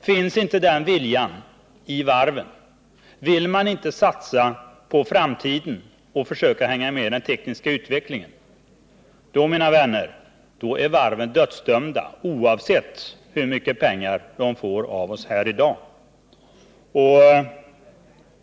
Finns inte den viljan i varven, vill man inte satsa på framtiden och försöka hänga med i den tekniska utvecklingen — då, mina vänner, är varven dödsdömda, oavsett hur mycket pengar de får av oss här i dag.